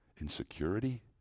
insecurity